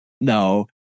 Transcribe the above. No